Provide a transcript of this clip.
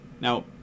now